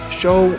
show